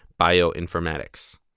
bioinformatics